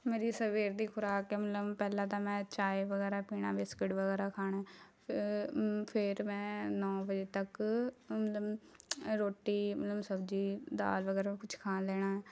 ਮੇਰੀ ਸਵੇਰ ਦੀ ਖ਼ੁਰਾਕ ਮਲਮ ਪਹਿਲਾਂ ਤਾਂ ਮੈਂ ਚਾਏ ਵਗੈਰਾ ਪੀਣਾ ਬਿਸਕੁਟ ਵਗੈਰਾ ਖਾਣਾ ਫੇਰ ਫੇਰ ਮੈਂ ਨੌ ਵਜੇ ਤੱਕ ਮਲਮ ਅ ਰੋਟੀ ਮਲਮ ਸਬਜ਼ੀ ਦਾਲ ਵਗੈਰਾ ਕੁਛ ਖਾ ਲੈਣਾ